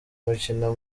umukino